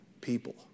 people